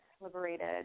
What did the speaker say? liberated